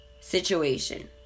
situation